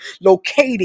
locating